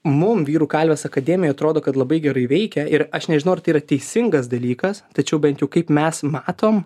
mum vyrų kalvės akademijai atrodo kad labai gerai veikia ir aš nežinau ar tai yra teisingas dalykas tačiau bent jau kaip mes matom